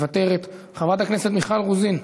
מוותרת, חברת הכנסת מיכל רוזין,